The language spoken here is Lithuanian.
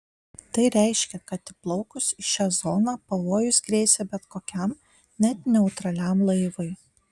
tai reiškė kad įplaukus į šią zoną pavojus grėsė bet kokiam net neutraliam laivui